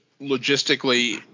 logistically